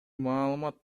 маалымат